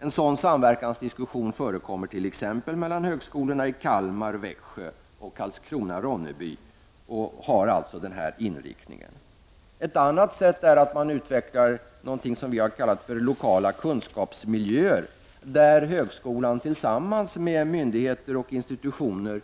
En sådan samverkansdiskussion förekommer t.ex. mellan högskolorna i Kalmar, Växjö och Karlskrona-Ronneby och har alltså denna inriktning. Ett annat sätt är att man utvecklar något som vi har kallat för lokala kunskapsmiljöer, där högskolan tillsammans med myndigheter och institutioner